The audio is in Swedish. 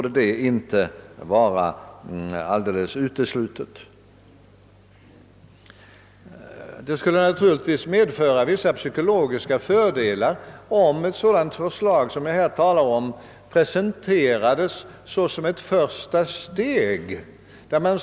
Det skulle naturligtvis medföra några psykologiska fördelar, om ett sådant förslag som jag här talar om presenterades såsom ett första steg.